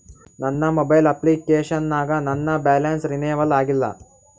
ನನ್ನ mobile application ನಾಗ ನನ್ ಬ್ಯಾಲೆನ್ಸ್ ರೀನೇವಲ್ ಆಗಿಲ್ಲ